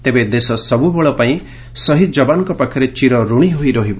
ତେବେ ଦେଶ ସବୁବେଳ ପାଇଁ ଶହୀଦ ଯବାନଙ୍କ ପାଖରେ ଚିର ଋଣୀ ହୋଇ ରହିବ